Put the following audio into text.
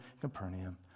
capernaum